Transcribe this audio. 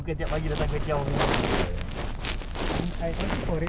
bee hoon dia nampak sedap tapi according to andy dengan amy